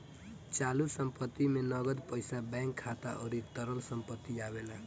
चालू संपत्ति में नगद पईसा बैंक खाता अउरी तरल संपत्ति आवेला